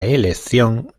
elección